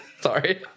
Sorry